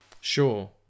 Sure